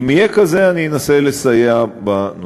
אם יהיה כזה, אני אנסה לסייע בנושא.